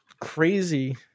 crazy